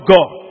God